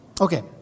Okay